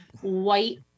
white